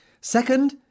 Second